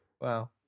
Wow